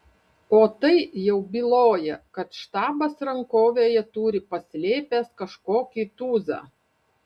o tai jau byloja kad štabas rankovėje turi paslėpęs kažkokį tūzą